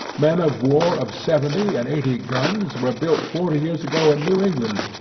men of war, of seventy and eighty guns were built forty years ago in new england,